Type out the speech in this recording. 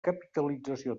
capitalització